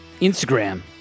Instagram